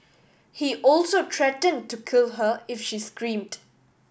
he also threatened to kill her if she screamed